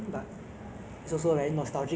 really like like kind of extincts